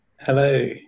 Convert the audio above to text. Hello